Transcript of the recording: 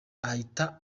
ahita